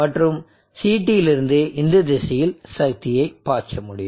மற்றும் CT லிருந்து இந்த திசையில் சக்தியை பாய்ச்ச முடியும்